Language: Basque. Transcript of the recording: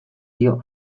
dio